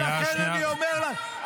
הפריפריה שלנו ----- ולכן אני אומר לך,